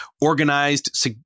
organized